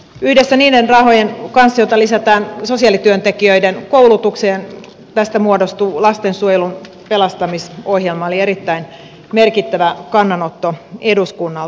yhdessä niiden rahojen kanssa joita lisätään sosiaalityöntekijöiden koulutukseen tästä muodostuu lastensuojelun pelastamisohjelma eli erittäin merkittävä kannanotto eduskunnalta